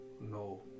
No